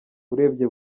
urebye